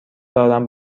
دارم